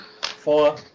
Four